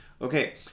Okay